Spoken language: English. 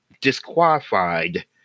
disqualified